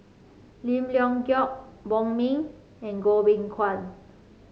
Lim Leong Geok Wong Ming and Goh Beng Kwan